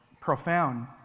profound